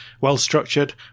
well-structured